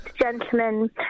gentlemen